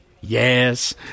Yes